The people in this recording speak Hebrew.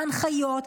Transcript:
ההנחיות,